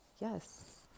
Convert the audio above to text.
yes